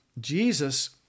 Jesus